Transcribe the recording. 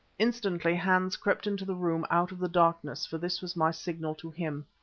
instantly hans crept into the room out of the darkness, for this was my signal to him.